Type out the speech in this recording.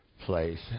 place